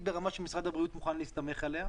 ברמה שמשרד הבריאות מוכן להסתמך עליה.